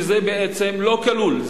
וזה בעצם לא כלול,